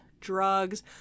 drugs